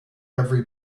every